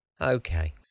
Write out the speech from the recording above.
Okay